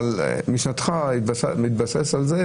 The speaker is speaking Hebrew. אבל משנתך מתבססת על זה,